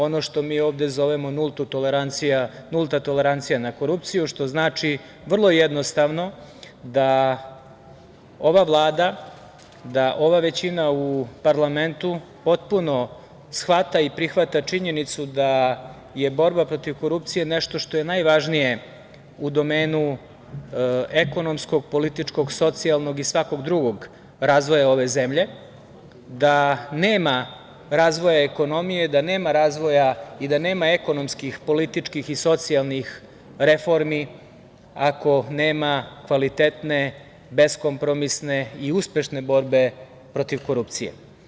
Ono što mi ovde zovemo nulta tolerancija na korupciju znači vrlo jednostavno da ova Vlada, da ova većina u parlamentu potpuno shvata i prihvata činjenicu da je borba protiv korupcije nešto što je najvažnije u domenu ekonomskog, političkog, socijalnog i svakog drugog razvoja ove zemlje, da nema razvoja ekonomije, da nema razvoja i da nema ekonomskih, političkih i socijalnih reformi ako nema kvalitetne, beskompromisne i uspešne borbe protiv korupcije.